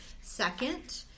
Second